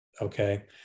okay